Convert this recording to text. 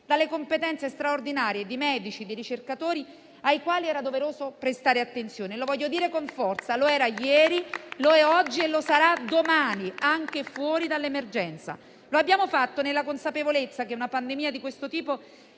dalle competenze straordinarie di medici e di ricercatori ai quali era doveroso prestare attenzione. Lo voglio dire con forza: lo era ieri, lo è oggi e lo sarà domani, anche fuori dall'emergenza. Lo abbiamo fatto nella consapevolezza che una pandemia di questo tipo